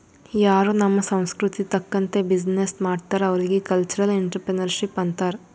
ಯಾರೂ ನಮ್ ಸಂಸ್ಕೃತಿ ತಕಂತ್ತೆ ಬಿಸಿನ್ನೆಸ್ ಮಾಡ್ತಾರ್ ಅವ್ರಿಗ ಕಲ್ಚರಲ್ ಇಂಟ್ರಪ್ರಿನರ್ಶಿಪ್ ಅಂತಾರ್